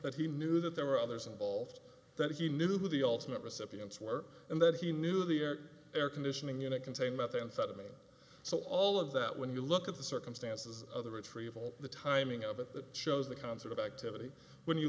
that he knew that there were others involved that he knew the ultimate recipients were and that he knew the air conditioning unit contain methamphetamine so all of that when you look at the circumstances other retrieval the timing of it that shows the concert of activity when you